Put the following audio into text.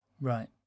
Right